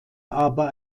aber